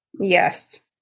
Yes